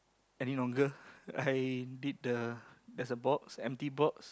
any longer I did the there's a box empty box